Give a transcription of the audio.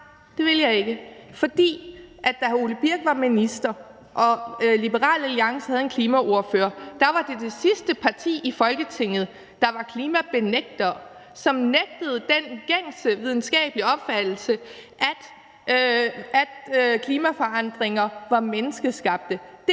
det vil jeg ikke, for da hr. Ole Birk Olesen var minister og Liberal Alliance havde en klimaordfører, var det det sidste parti i Folketinget, der var klimabenægter, og som benægtede den gængse videnskabelige opfattelse, at klimaforandringer var menneskeskabte.